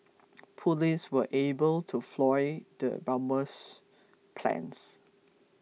police were able to foil the bomber's plans